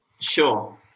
Sure